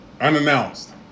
Unannounced